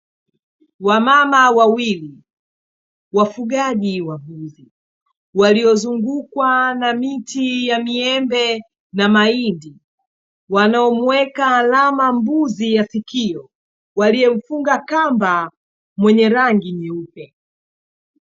Wamama wawili wafugaji wa mbuzi waliozungukwa na miti ya miembe na mahindi wanaomuweka alama mbuzi ya sikio waliyemfunga kamba mwenye rangi nyeupe.